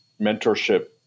mentorship